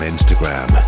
Instagram